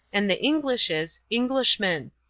and the englishes, englishman.